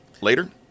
later